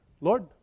Lord